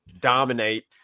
dominate –